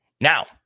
Now